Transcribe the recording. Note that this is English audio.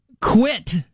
quit